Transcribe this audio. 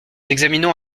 examinons